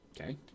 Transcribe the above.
Okay